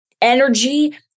energy